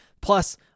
Plus